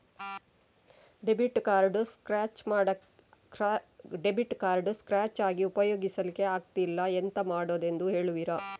Debit card scratch ಆಗಿ ಉಪಯೋಗಿಸಲ್ಲಿಕ್ಕೆ ಆಗ್ತಿಲ್ಲ, ಎಂತ ಮಾಡುದೆಂದು ಹೇಳುವಿರಾ?